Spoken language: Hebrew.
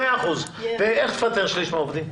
איך תפטר שליש מהעובדים?